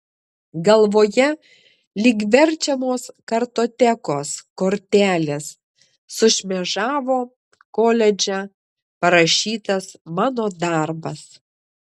galvoje lyg verčiamos kartotekos kortelės sušmėžavo koledže parašytas mano darbas